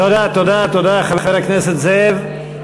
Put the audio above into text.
תודה, תודה, תודה, חבר הכנסת זאב.